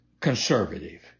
conservative